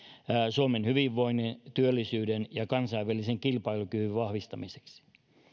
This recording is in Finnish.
suomen hyvinvoinnin työllisyyden ja kansainvälisen kilpailukyvyn vahvistamiseksi